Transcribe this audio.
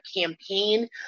campaign